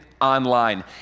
online